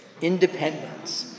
Independence